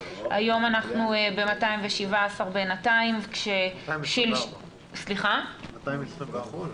היום אנחנו ב-217 בינתיים כששלשום --- 224.